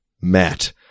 Matt